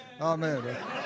Amen